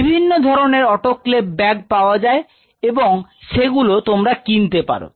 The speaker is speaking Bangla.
বিভিন্ন ধরনের অটোক্লেভ ব্যাগ পাওয়া যায় এবং সেগুলো তোমরা কিনতে পারো